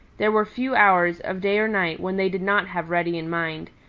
there were few hours of day or night when they did not have reddy in mind,